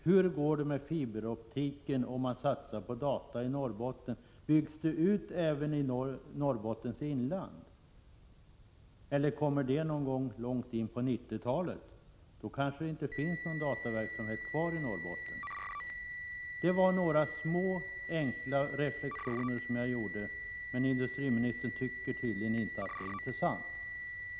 Hur går det med fiberoptiken, om man satsar på data i Norrbotten? Sker utbyggnaden även i Norrbottens inland, eller kommer den någon gång långt in på 1990-talet? Då kanske det inte finns någon dataverksamhet kvar i Norrbotten. Det var några små enkla reflexioner som jag gjorde, men industriministern tycker tydligen inte att de är intressanta.